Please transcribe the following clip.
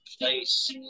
place